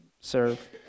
serve